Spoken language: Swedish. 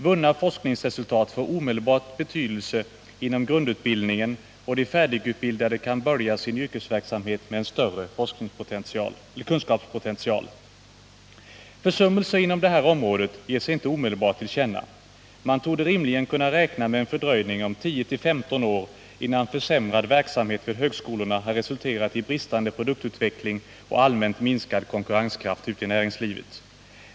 Vunna forskningsresultat får omedelbart betydelse inom grundutbildningen, och de färdigutbildade kan börja sin yrkesverksamhet med en större kunskapspotential. Försummelser inom det här området ger sig inte omedelbart till känna; man torde rimligen kunna räkna med en fördröjning om 10-15 år innan försämrad verksamhet vid högskolorna har resulterat i bristande produktutveckling och allmänt minskad konkurrenskraft ute i näringslivet.